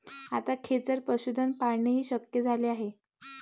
आता खेचर पशुधन पाळणेही शक्य झाले आहे